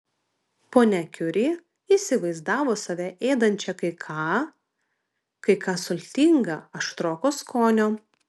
ponia kiuri įsivaizdavo save ėdančią kai ką kai ką sultinga aštroko skonio